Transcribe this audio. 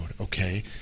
okay